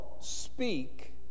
speak